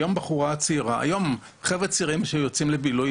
היום חבר'ה צעירים שיוצאים לבילוי,